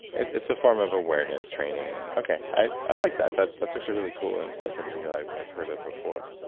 and it's a form of awareness training. and okay, i i like that. that's actually really cool. and it's not something that i've i've heard of before.